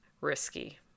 risky